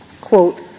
quote